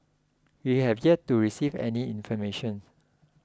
we have yet to receive any information